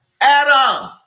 Adam